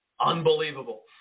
Unbelievable